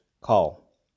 call